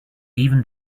even